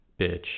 bitch